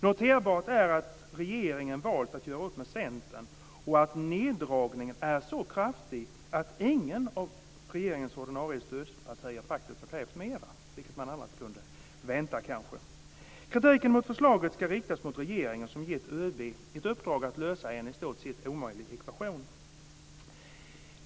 Noterbart är att regeringen valt att göra upp med Centern och att neddragningen är så kraftig att ingen av regeringens ordinarie stödpartier faktiskt har krävt mer, vilket man annars kanske kunde vänta. Kritiken mot förslaget skall riktas mot regeringen som har gett ÖB i uppdrag att lösa en i stort sett omöjlig ekvation.